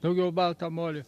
daugiau baltą molį